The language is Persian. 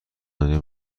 دنیا